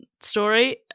story